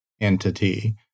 entity